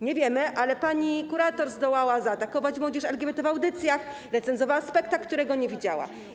Nie wiemy, ale pani kurator zdołała zaatakować młodzież LGBT w audycjach oraz recenzowała spektakl, którego nie widziała.